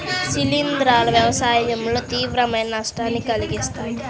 శిలీంధ్రాలు వ్యవసాయంలో తీవ్రమైన నష్టాన్ని కలిగిస్తాయి